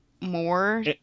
more